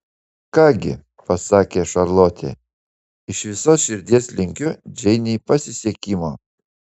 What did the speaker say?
ką gi pasakė šarlotė iš visos širdies linkiu džeinei pasisekimo